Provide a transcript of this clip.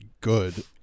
good